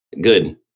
good